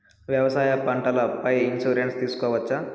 వ్యవసాయ పంటల పై ఇన్సూరెన్సు తీసుకోవచ్చా?